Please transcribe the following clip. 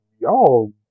y'all